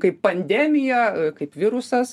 kaip pandemija kaip virusas